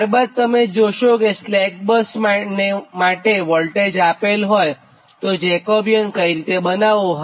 ત્યાર બાદ તમે જોશોકે સ્લેક બસ માટે વોલ્ટેજ આપેલ હોય તો જેકોબિયન કઇ રીતે બનાવ્વું